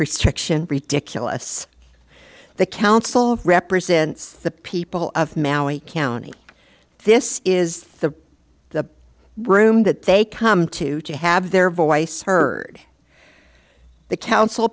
section ridiculous the council of represents the people of maui county this is the room that they come to to have their voice heard the council